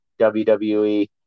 WWE